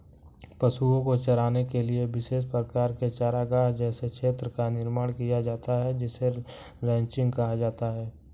पशुओं को चराने के लिए विशेष प्रकार के चारागाह जैसे क्षेत्र का निर्माण किया जाता है जिसे रैंचिंग कहा जाता है